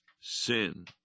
sin